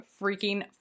freaking